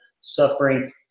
suffering